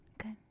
Okay